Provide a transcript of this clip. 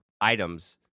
items